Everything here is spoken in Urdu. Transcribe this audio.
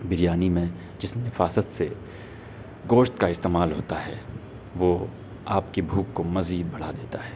بریانی میں جس نفاست سے گوشت کا استعمال ہوتا ہے وہ آپ کی بھوک کو مزید بڑھا دیتا ہے